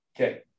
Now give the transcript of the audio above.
okay